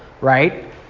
right